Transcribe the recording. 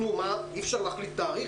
אי-אפשר להחליט על תאריך?